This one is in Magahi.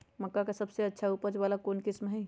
मक्का के सबसे अच्छा उपज वाला कौन किस्म होई?